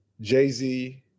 Jay-Z